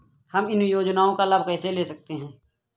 हम इन योजनाओं का लाभ कैसे ले सकते हैं?